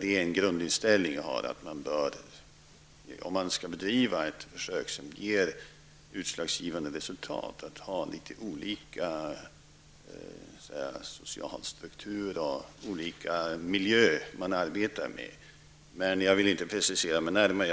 Min grundinställning är att om man skall bedriva ett försök och få ett utslagsgivande resultat, bör man ha områden med olika socialstruktur och olika miljöer att arbeta med. Jag vill på den punkten inte precisera mig närmare.